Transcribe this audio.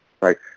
right